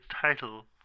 title